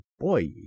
boy